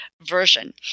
version